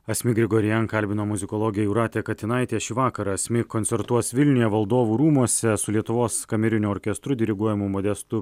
asmik grigorian kalbino muzikologė jūratė katinaitė šį vakarą asmi koncertuos vilniuje valdovų rūmuose su lietuvos kameriniu orkestru diriguojamu modestu